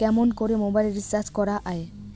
কেমন করে mobile recharge করা য়ায়?